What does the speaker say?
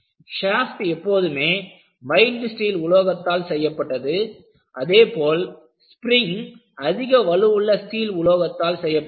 shaft எப்போதுமே mild steel உலோகத்தால் செய்யப்பட்டது அதேபோல் ஸ்பிரிங் அதிக வலுவுள்ள ஸ்டீல் உலோகத்தால் செய்யப்பட்டது